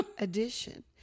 edition